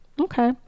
Okay